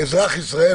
אזרח ישראל,